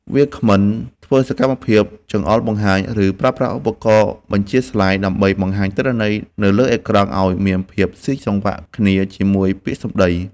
វាគ្មិនធ្វើសកម្មភាពចង្អុលបង្ហាញ ឬប្រើប្រាស់ឧបករណ៍បញ្ជាស្លាយ ដើម្បីបង្ហាញទិន្នន័យនៅលើអេក្រង់ឱ្យមានភាពស៊ីសង្វាក់គ្នាជាមួយពាក្យសម្ដី។